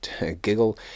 giggle